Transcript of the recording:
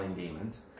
demons